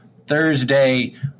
Thursday